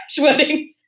weddings